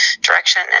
direction